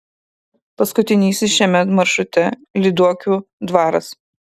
paskutinysis šiame maršrute lyduokių dvaras